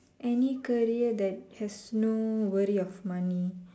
any career that has no worry of money